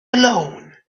alone